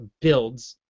builds